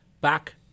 Back